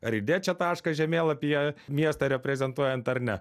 ar įdėt čia tašką žemėlapyje miestą reprezentuojant ar ne